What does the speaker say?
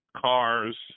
cars